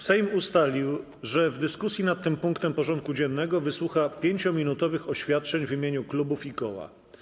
Sejm ustalił, że w dyskusji nad tym punktem porządku dziennego wysłucha 5-minutowych oświadczeń w imieniu klubów i koła.